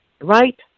right